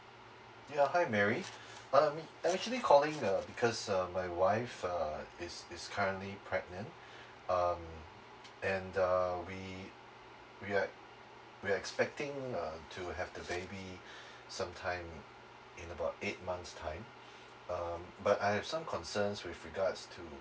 ya hi mary um I'm actually calling uh because um my wife uh is is currently pregnant um and uh we we are we expecting uh to have the baby sometime in about eight months time um but I have some concerns with regards to